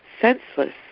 senseless